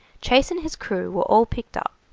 chase and his crew were all picked up.